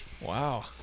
Wow